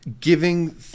giving